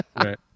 Right